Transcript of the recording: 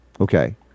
Okay